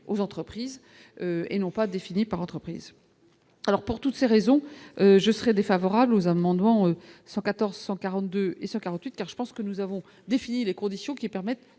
aux entreprises et non pas défini par entreprise alors pour toutes ces raisons, je serais défavorable aux amendements 114 142 et 100 48 heures, je pense que nous avons défini les conditions qui permettent